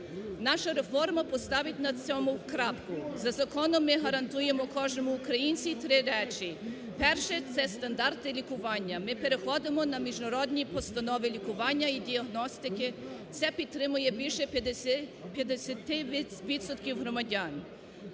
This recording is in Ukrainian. Наша реформа поставить на цьому крапку. За законом ми гарантуємо кожному українцю три речі. Перше – це стандарти лікування. Ми переходимо на міжнародні постанови лікування і діагностику. Це підтримує більше 50 відсотків